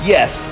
Yes